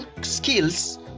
skills